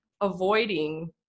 avoiding